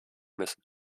müssen